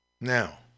Now